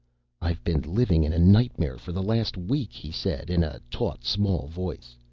i've been living in a nightmare for the last week, he said in a taut small voice,